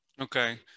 Okay